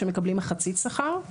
שמקבלים מחצית שכר.